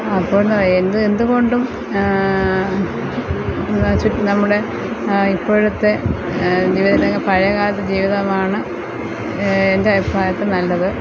അപ്പോൾ എന്ത് എന്തു കൊണ്ടും എന്നു വെച്ചാൽ നമ്മുടെ ഇപ്പോഴത്തെ ജീവിത പഴയകാലത്തെ ജീവിതമാണ് എൻ്റെ അഭിപ്രായത്തിൽ നല്ലത്